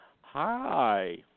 Hi